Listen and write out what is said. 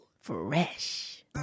Fresh